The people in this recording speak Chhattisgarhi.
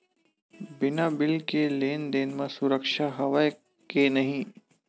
बिना बिल के लेन देन म सुरक्षा हवय के नहीं?